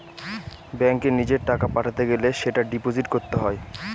ব্যাঙ্কে নিজের টাকা পাঠাতে গেলে সেটা ডিপোজিট করতে হয়